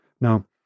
Now